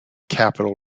capital